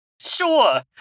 Sure